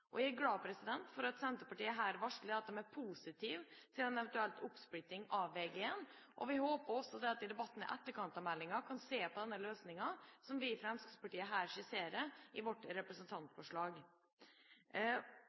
og at de må tas raskt. Jeg er glad for at Senterpartiet her varsler at de er positive til en eventuell oppsplitting av Vg1. Vi håper at vi i debatten i etterkant av meldinga kan se på den løsningen som vi i Fremskrittspartiet her skisserer i vårt